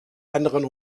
anderen